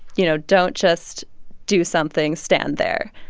you know, don't just do something, stand there.